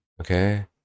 Okay